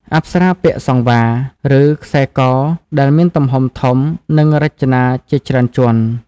អប្សរាពាក់ "សង្វារ" ឬខ្សែកដែលមានទំហំធំ និងរចនាជាច្រើនជាន់។